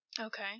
Okay